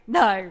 no